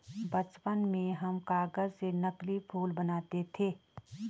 बचपन में हम कागज से नकली फूल बनाते थे